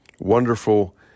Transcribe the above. wonderful